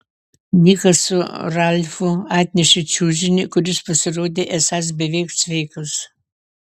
nikas su ralfu atnešė čiužinį kuris pasirodė esąs beveik sveikas